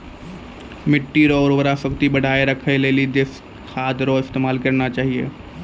मिट्टी रो उर्वरा शक्ति बढ़ाएं राखै लेली देशी खाद रो इस्तेमाल करना चाहियो